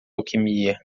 alquimia